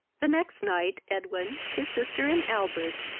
the next night edwin, his sister, and albert,